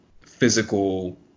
physical